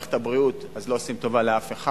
במערכת הבריאות לא עושים טובה לאף אחד.